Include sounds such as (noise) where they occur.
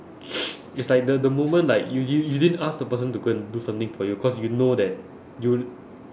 (noise) it's like the the moment like you you you didn't ask the person to go and do something for you cause you know that you